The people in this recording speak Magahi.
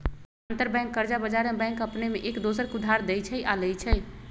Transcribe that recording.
अंतरबैंक कर्जा बजार में बैंक अपने में एक दोसर के उधार देँइ छइ आऽ लेइ छइ